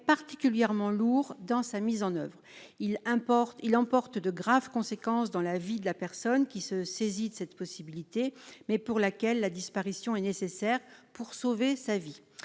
particulièrement lourd dans sa mise en oeuvre. Il emporte de graves conséquences dans la vie de la personne qui se saisit de cette possibilité, mais pour laquelle la disparition est nécessaire pour sauver sa vie.